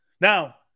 Now